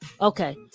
Okay